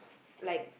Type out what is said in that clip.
like